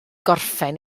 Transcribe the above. gorffen